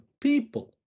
people